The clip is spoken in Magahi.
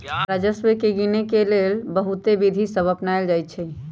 राजस्व के गिनेके लेल बहुते विधि सभ अपनाएल जाइ छइ